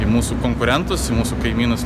į mūsų konkurentus į mūsų kaimynus